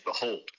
behold